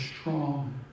strong